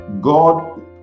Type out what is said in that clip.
God